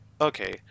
okay